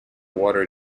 water